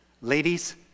Ladies